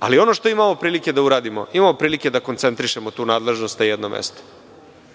ali ono što imamo prilike da uradimo, imamo prilike da koncentrišemo tu nadležnost na jednom mestu. Da